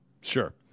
Sure